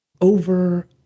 over